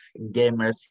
gamers